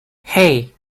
hey